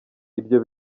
ibyo